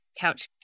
Couch